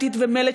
עם טיט ומלט,